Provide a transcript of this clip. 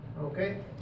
Okay